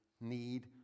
need